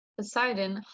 Poseidon